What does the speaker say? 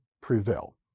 prevail